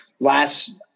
last